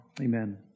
Amen